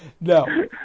No